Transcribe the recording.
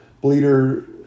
bleeder